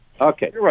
Okay